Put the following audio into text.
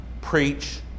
preach